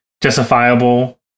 justifiable